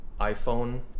iPhone